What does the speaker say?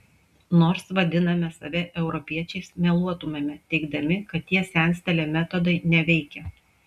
nors vadiname save europiečiais meluotumėme teigdami kad tie senstelėję metodai neveikia